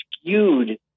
skewed